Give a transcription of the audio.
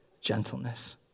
Gentleness